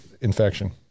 infection